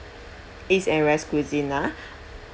east and west cuisine ah